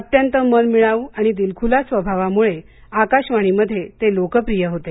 अत्यंत मनमिळाऊ आणि दिलखुलास स्वभावामुळे आकाशवाणीमध्ये ते लोकप्रिय होते